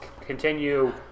continue